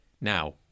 now